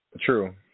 True